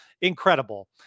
incredible